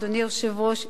אדוני היושב-ראש,